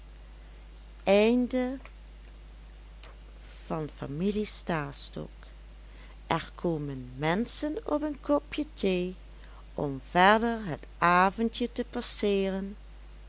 er komen menschen op een kopje thee om verder het avondje te passeeren